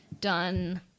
done